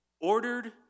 ordered